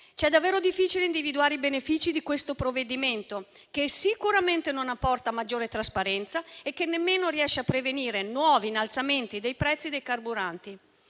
Ci è davvero difficile individuare i benefici di questo provvedimento, che sicuramente non apporta maggiore trasparenza, nemmeno riesce a prevenire nuovi innalzamenti dei prezzi dei carburanti